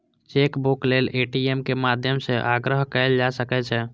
chequebook लेल ATM के माध्यम सं आग्रह कैल जा सकै छै